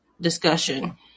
discussion